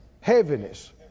Heaviness